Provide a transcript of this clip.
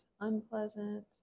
unpleasant